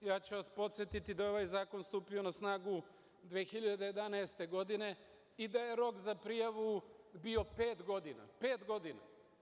Ja ću vas podsetiti da je ovaj zakon stupio na snagu 2011. godine i da je rok za prijavu bio pet godina.